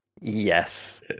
yes